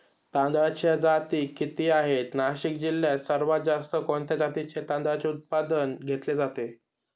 तांदळाच्या जाती किती आहेत, नाशिक जिल्ह्यात सर्वात जास्त कोणत्या जातीच्या तांदळाचे उत्पादन घेतले जाते?